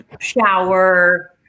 shower